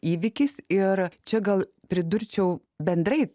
įvykis ir čia gal pridurčiau bendrai